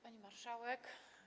Pani Marszałek!